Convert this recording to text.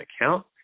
account